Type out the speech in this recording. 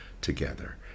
together